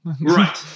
Right